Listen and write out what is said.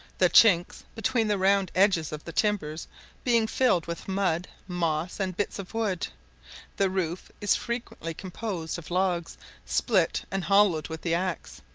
the chinks between the round edges of the timbers being filled with mud, moss, and bits of wood the roof is frequently composed of logs split and hollowed with the axe,